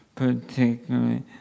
particularly